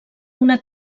una